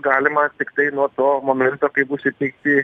galima tiktai nuo to momento kai būs įteikti